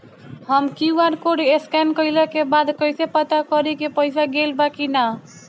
हम QR code scan कइला के बाद कइसे पता करि की पईसा गेल बा की न?